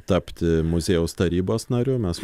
tapti muziejaus tarybos nariu mes